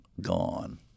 gone